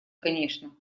конечно